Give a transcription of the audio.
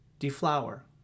Deflower